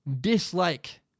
dislike